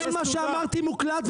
כל מה שאמרתי מוקלט,